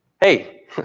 Hey